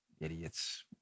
Idiots